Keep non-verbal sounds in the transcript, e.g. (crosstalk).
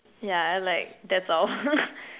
yeah like that's all (laughs)